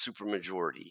supermajority